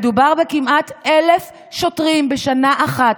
מדובר בכמעט 1,000 שוטרים בשנה אחת.